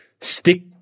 stick